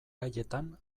gaietan